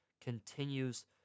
continues